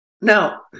Now